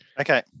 Okay